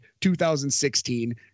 2016